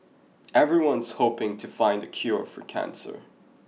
everyone's hoping to find the cure for cancer